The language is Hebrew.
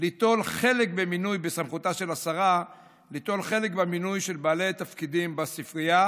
של השרה ליטול חלק במינוי של בעלי תפקידים בספרייה,